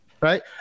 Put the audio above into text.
right